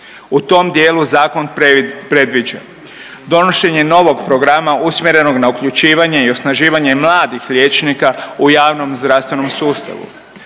U tom dijelu zakon predviđa donošenje novog programa usmjerenog na uključivanje i osnaživanje mladih liječnika u javnom zdravstvenom sustavu.